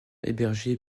hébergé